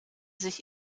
sich